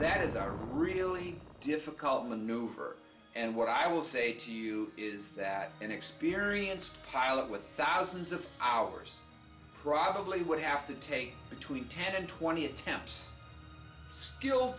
that has a really difficult maneuver and what i will say to you is that an experienced pilot with thousands of hours probably would have to take between ten and twenty attempts